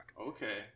Okay